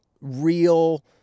real